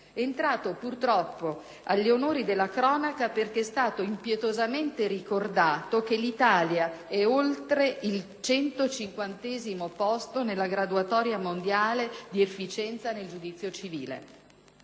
entrato purtroppo agli onori della cronaca perché è stato impietosamente ricordato che l'Italia è oltre il centocinquantesimo posto nella graduatoria mondiale di efficienza nel giudizio civile,